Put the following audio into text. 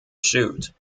shoot